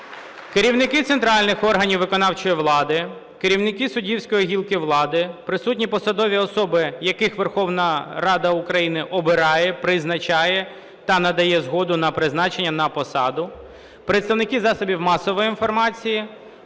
керівники центральних органів виконавчої влади, керівники суддівської гілки влади, присутні посадові особи, яких Верховна Рада України обирає, призначає та надає згоду на призначення на посаду, представники засобів масової інформації,